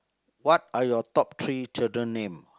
what are your top three children name